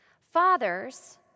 fathers